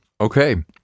Okay